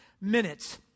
Minutes